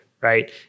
Right